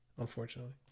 Unfortunately